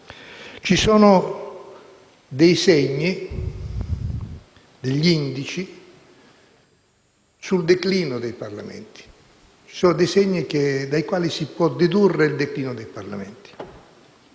Ci sono dei segni, degli indici, sul declino dei Parlamenti. Ci sono dei segni dai quali si può dedurre il declino dei Parlamenti.